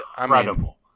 incredible